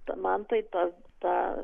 ta man tai ta ta